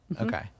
okay